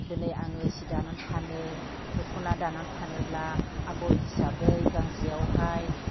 दिनै आङो सि दानानै फानो दख'ना दानानै फानोब्ला आगर हिसाबै गांसेयावहाय